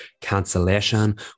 cancellation